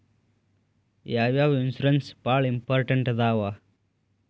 ಯಾವ್ಯಾವ ಇನ್ಶೂರೆನ್ಸ್ ಬಾಳ ಇಂಪಾರ್ಟೆಂಟ್ ಅದಾವ?